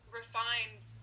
refines